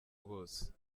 bose